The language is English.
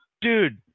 Dude